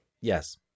Yes